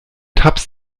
tabs